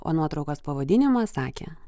o nuotraukos pavadinimas sakė